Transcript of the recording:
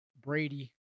Brady